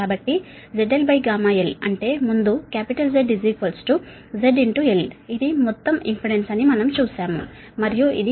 కాబట్టి zlγl అంటే ముందు Z z l ఇది మొత్తం ఇంపెడెన్స్ అని మనం చూశాము మరియు ఇది ZC Z γl